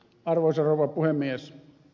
arvoisa rouva puhemies